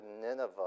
Nineveh